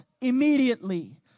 immediately